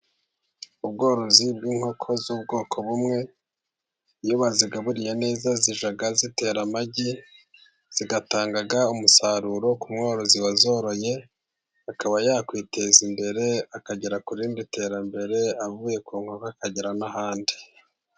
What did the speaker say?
Ubworozi bw'inkoko z'ubwoko bumwe iyo bazigaburiye neza zijya zitera amagi zigatanga umusaruro ku mworozi wazoroye akaba yakwiteza imbere akagera ku rindi terambere avuye ku nkoko akagera n'ahandi.